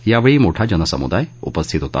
यावेळी मोठा जनसमुदाय उपस्थित होता